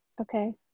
Okay